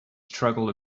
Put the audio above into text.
struggle